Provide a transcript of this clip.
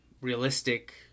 realistic